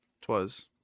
Twas